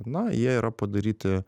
na jie yra padaryti